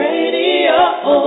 Radio